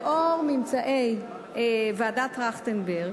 לאור ממצאי ועדת-טרכטנברג,